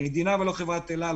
המדינה ולא חברת אל על.